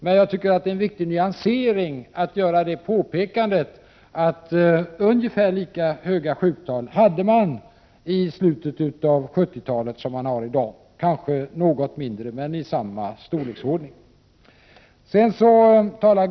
Men jag tycker att det är en viktig nyansering att göra det påpekandet att vi hade ungefär lika höga sjuktal i slutet av 70-talet som i dag, kanske något mindre men i samma storleksordning.